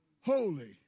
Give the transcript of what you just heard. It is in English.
holy